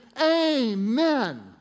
Amen